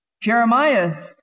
Jeremiah